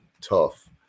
tough